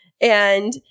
and-